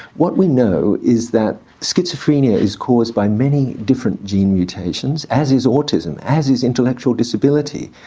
what we know is that schizophrenia is caused by many different gene mutations, as is autism, as is intellectual disability.